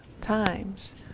times